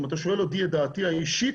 אם אתה שואל את דעתי האישית,